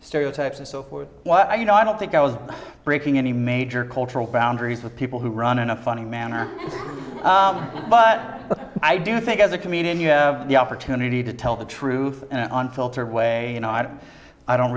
stereotypes and so forth while i you know i don't think i was breaking any major cultural boundaries with people who run in a funny manner but i do think as a comedian you have the opportunity to tell the truth unfiltered way and i don't i don't